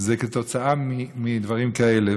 זה כתוצאה מדברים כאלה,